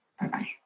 Bye-bye